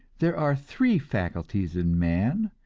there are three faculties in man,